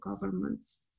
governments